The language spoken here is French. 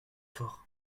fort